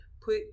put